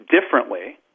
differently